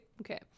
okay